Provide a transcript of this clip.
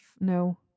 no